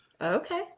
Okay